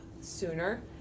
sooner